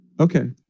Okay